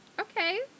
okay